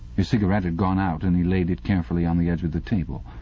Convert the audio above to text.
his cigarette had gone out, and he laid it carefully on the edge of the table.